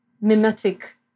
mimetic